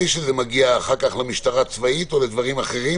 שזה מגיע אחר כך למשטרה צבאית או לדברים אחרים